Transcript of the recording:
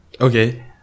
Okay